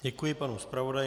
Děkuji panu zpravodaji.